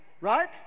right